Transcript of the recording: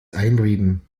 einreden